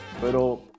Pero